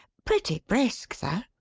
pretty brisk though.